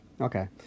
Okay